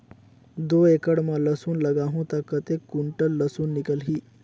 दो एकड़ मां लसुन लगाहूं ता कतेक कुंटल लसुन निकल ही?